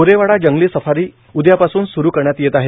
गोरेवाडा जंगल सफारी उदयापासून सूरू करण्यात येत आहे